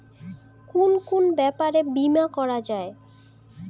কুন কুন ব্যাপারে বীমা করা যায়?